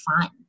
fun